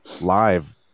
live